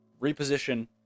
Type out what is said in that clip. reposition